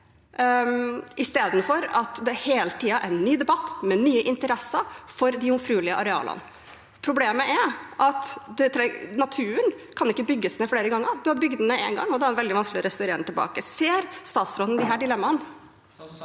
istedenfor at det hele tiden er en ny debatt med nye interesser for de jomfruelige arealene. Problemet er at naturen ikke kan bygges ned flere ganger. Har man bygd den ned én gang, er det veldig vanskelig å restaurere den tilbake. Ser statsråden disse dilemmaene?